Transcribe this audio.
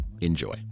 Enjoy